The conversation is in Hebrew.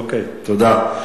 אוקיי, תודה.